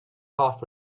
half